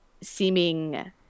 seeming